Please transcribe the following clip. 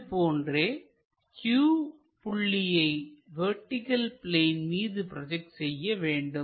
இது போன்றே q புள்ளியை வெர்டிகள் பிளேன் மீது ப்ரோஜெக்ட் செய்ய வேண்டும்